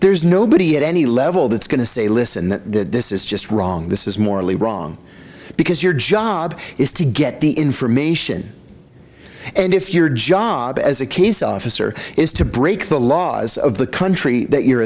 there's nobody at any level that's going to say listen that this is just wrong this is morally wrong because your job is to get the information and if your job as a case officer is to break the laws of the country that you're